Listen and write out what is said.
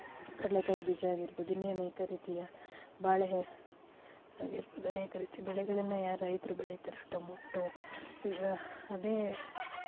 ಕಡಲೆ ಕಾಯಿ ಬೀಜ ಆಗಿರ್ಬೋದು ಇನ್ನು ಅನೇಕ ರೀತಿಯ ಬಾಳೆ ಆಗಿರ್ಬೋದು ಅನೇಕ ರೀತಿ ಬೆಳೆಗಳನ್ನು ಯಾರು ರೈತರು ಬೆಳಿತಾರೋ ಟೊಮೊಟೊ ಈಗ ಅದೇ